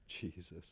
jesus